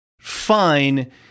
fine